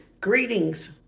Greetings